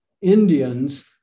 Indians